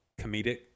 comedic